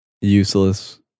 useless